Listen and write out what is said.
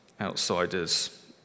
outsiders